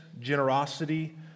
generosity